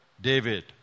David